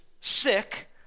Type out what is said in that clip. sick